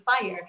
fire